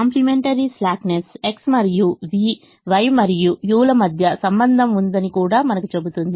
complementary slackness X మరియు vY మరియు u ల మధ్య సంబంధం ఉందని కూడా మనకు చెబుతుంది